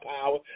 power